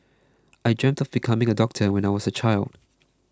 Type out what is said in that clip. I dream of becoming a doctor when I was a child